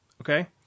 Okay